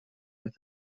with